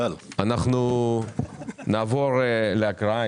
אנחנו נעבור להקראה.